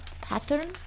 pattern